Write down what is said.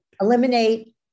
Eliminate